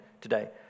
today